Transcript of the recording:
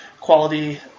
quality